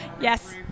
Yes